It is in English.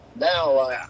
Now